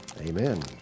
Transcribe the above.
amen